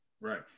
Right